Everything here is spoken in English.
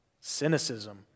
cynicism